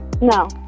no